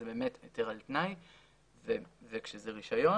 זה באמת היתר על תנאי וכשזה רישיון,